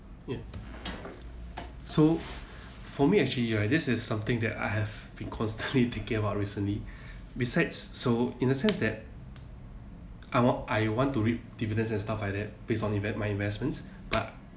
ya so for me actually ya this is something that I have been consistently thinking about recently besides so in a sense that I want I want to reap dividends and stuff like that based on invent my investments but